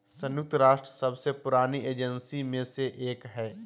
संयुक्त राष्ट्र सबसे पुरानी एजेंसी में से एक हइ